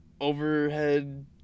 overhead